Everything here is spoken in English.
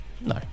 no